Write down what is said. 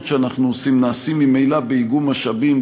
שאנחנו עושים נעשים ממילא באיגום משאבים,